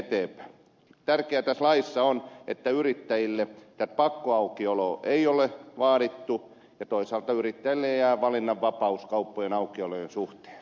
tärkeätä tässä laissa on että yrittäjille tätä pakkoaukioloa ei ole vaadittu ja toisaalta yrittäjille jää valinnanvapaus kauppojen aukiolojen suhteen